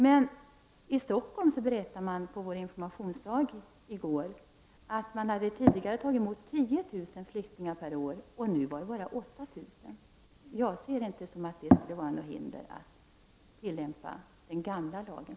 Men i Stockholm berättade man på vår informationsdag i går att man där tidigare tagit emot 10 000 flyktingar per år. Nu var siffran bara 8 000. Jag uppfattar inte att det skulle vara något hinder att tillämpa den gamla lagen.